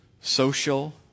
social